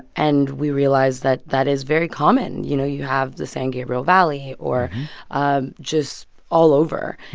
and we realize that that is very common. you know, you have the san gabriel valley or ah just all over.